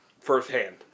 firsthand